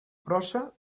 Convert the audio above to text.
prosa